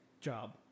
job